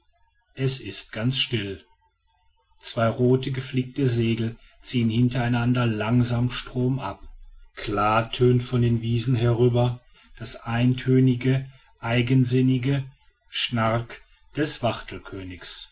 es ist ganz still zwei rote geflickte segel ziehen hintereinander langsam stromab klar tönt von den wiesen herüber das eintönige eigensinnige schnark schnark des